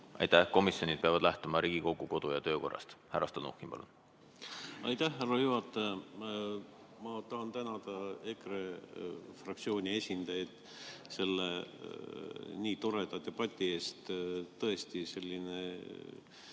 Aitäh! Komisjonid peavad lähtuma Riigikogu kodu- ja töökorrast. Härra Stalnuhhin, palun! Aitäh, härra juhataja! Ma tahan tänada EKRE fraktsiooni esindajaid selle nii toreda debati eest. Tõesti, selline